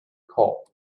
call